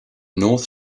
north